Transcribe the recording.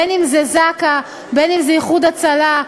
אם זה זק"א, אם זה "איחוד הצלה",